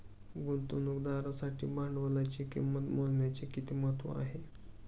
गुंतवणुकदारासाठी भांडवलाची किंमत मोजण्याचे किती महत्त्व आहे?